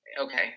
okay